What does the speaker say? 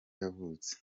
yavutse